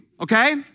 okay